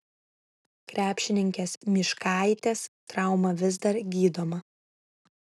krepšininkės myškaitės trauma vis dar gydoma